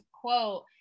quote